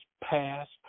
passed